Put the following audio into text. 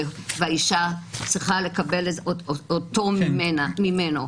והאישה צריכה לקבל אותו ממנו.